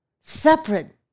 separate